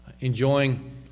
enjoying